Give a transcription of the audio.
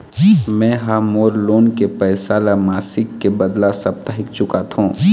में ह मोर लोन के पैसा ला मासिक के बदला साप्ताहिक चुकाथों